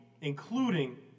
including